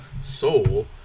Soul